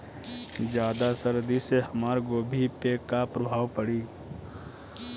ज्यादा सर्दी से हमार गोभी पे का प्रभाव पड़ी?